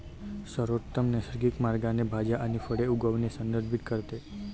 सर्वोत्तम नैसर्गिक मार्गाने भाज्या आणि फळे उगवणे संदर्भित करते